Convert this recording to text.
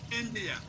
India